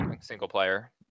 single-player